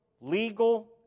legal